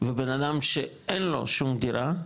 ובן אדם שאין לו שום דירה,